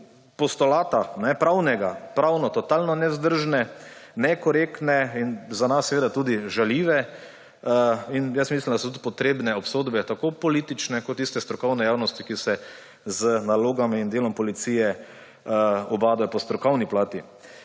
postulata pravno totalno nevzdržne, nekorektne in za nas tudi žaljive. In jaz mislim, da so tudi potrebne obsodbe tako politične kot tiste strokovne javnosti, ki se z nalogami in delom policije ubada po strokovni plati.